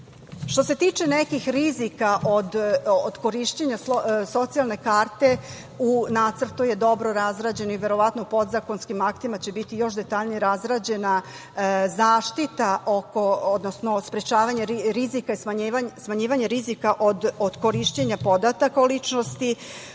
se tiče nekih rizika od korišćenja socijalne karte, u nacrtu je dobro razrađena i verovatno podzakonskim aktima će detaljno biti razrađena zaštita, odnosno sprečavanje rizika i smanjivanje rizika od korišćenja podataka o ličnosti